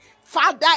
Father